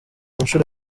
nshuro